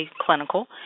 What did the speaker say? clinical